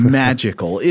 magical